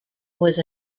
was